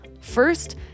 First